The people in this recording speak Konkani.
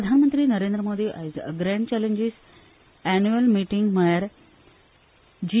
प्रधानमंत्री नरेंद्र मोदी आयज ग्रॅण्ड चॅलेंजीस एन्युएल मिटींग म्हळ्यार जी